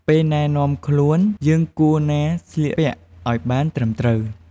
ពេលណែនាំខ្លួន យើងគួរណាស្លៀកពាក់ឲ្យបានត្រឹមត្រូវ។